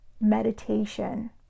meditation